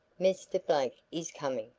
mr. blake is coming,